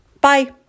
Bye